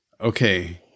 Okay